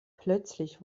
plötzlich